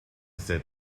sat